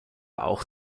auch